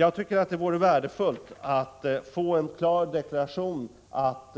Jag tycker att det vore värdefullt att få en klar deklaration, att